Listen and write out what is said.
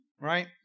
right